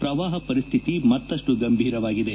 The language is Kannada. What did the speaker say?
ಶ್ರವಾಹ ಪರಿಸ್ಥಿತಿ ಮತ್ತಷ್ಟು ಗಂಭೀರವಾಗಿದೆ